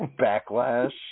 Backlash